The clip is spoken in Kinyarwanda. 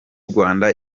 rwanda